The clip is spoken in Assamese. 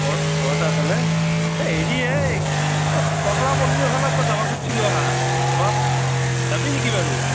ঘৰ ঘৰতে আছনে এ হেৰি এ খটৰা মন্দিৰৰফালে একবাৰ যাব খুজ্ছিলোঁ একা অলপ যাবি নেকি বাৰু